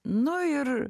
nu ir